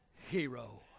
hero